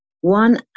one